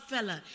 Fella